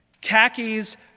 Khakis